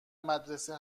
مدرسه